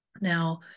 Now